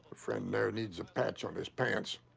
friend there needs a patch on his pants.